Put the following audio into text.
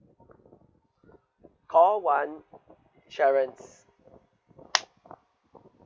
call one insurance